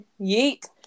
Yeet